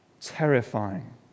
terrifying